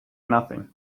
nothing